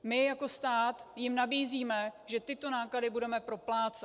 My jako stát jim nabízíme, že tyto náklady budeme proplácet.